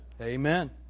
amen